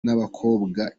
n’abakobwa